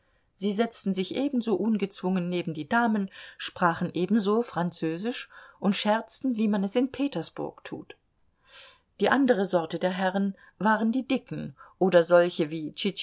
sie setzten sich ebenso ungezwungen neben die damen sprachen ebenso französisch und scherzten wie man es in petersburg tut die andere sorte der herren waren die dicken oder solche wie